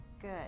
good